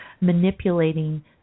manipulating